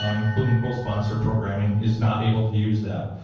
um including co-sponsor programming, is not able to use that.